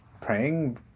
Praying